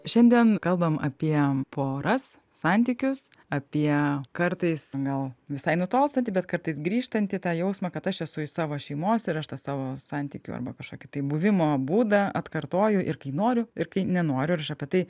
šiandien kalbam apie poras santykius apie kartais gal visai nutolstantį bet kartais grįžtantį tą jausmą kad aš esu iš savo šeimos ir aš tą savo santykių arba kažkokį tai buvimo būdą atkartoju ir kai noriu ir kai nenoriu ir aš apie tai